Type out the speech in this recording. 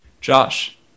Josh